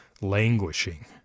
languishing